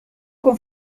con